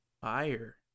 Fire